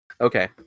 Okay